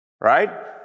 Right